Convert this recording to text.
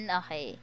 okay